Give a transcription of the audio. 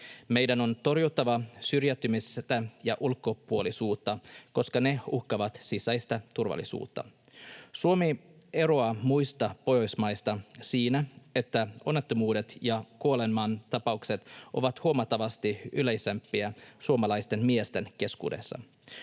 Meidän on torjuttava syrjäytymistä ja ulkopuolisuutta, koska ne uhkaavat sisäistä turvallisuutta. Suomi eroaa muista Pohjoismaista siinä, että onnettomuudet ja kuolemantapaukset ovat huomattavasti yleisempiä suomalaisten miesten keskuudessa.